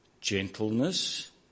gentleness